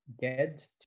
get